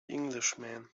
englishman